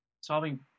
Solving